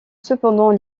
cependant